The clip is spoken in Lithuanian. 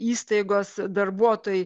įstaigos darbuotojai